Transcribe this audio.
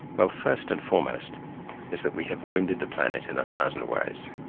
well first and foremost is that we have wounded the planet in a thousand ways.